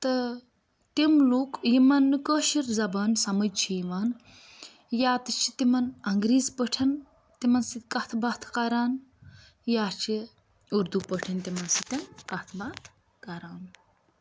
تہٕ تِم لُکھ یِمَن نہٕ کٲشِر زَبان سَمٕجھ چھِ یِوان یا تہِ چھِ تِمَن اَنٛگریٖز پٲٹھۍ تِمَن سۭتۍ کَتھ باتھ کَران یا چھِ اُردو پٲٹھۍ تِمَن سۭتۍ کَتھ باتھ کَران